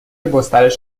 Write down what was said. گسترش